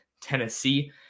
Tennessee